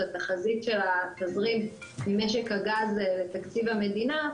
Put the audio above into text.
זה התחזית של התזרים ממשק הגז לתקציב המדינה,